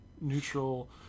neutral